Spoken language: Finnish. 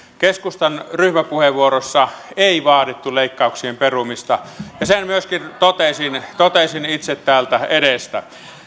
keskustan ryhmäpuheenvuorossa ei vaadittu leikkauksien perumista ja sen myöskin totesin itse täältä edestä